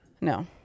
No